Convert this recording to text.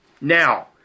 Now